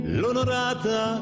l'onorata